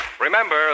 Remember